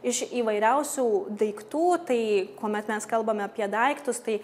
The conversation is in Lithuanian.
iš įvairiausių daiktų tai kuomet mes kalbame apie daiktus tai